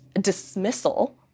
dismissal